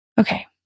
Okay